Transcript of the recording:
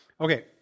Okay